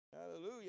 Hallelujah